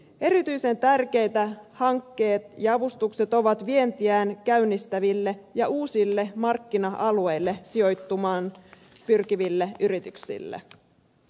erityisen tärkeitä hankkeet ja avustukset ovat vientiään käynnistäville ja uusille markkina alueille sijoittumaan pyrkiville yrityksille